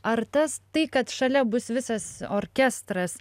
ar tas tai kad šalia bus visas orkestras